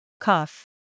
Cough